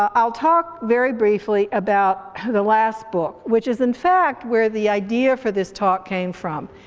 ah i'll talk very briefly about the last book, which is in fact where the idea for this talk came from.